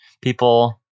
people